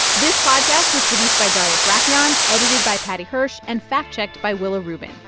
this podcast was produced by darius rafieyan, edited by paddy hirsch and fact-checked by willa rubin.